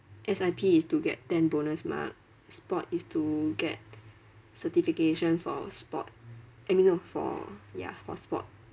S_I_P is to get ten bonus mark sport is to get certification for sport I mean no for ya for sport